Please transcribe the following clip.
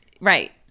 Right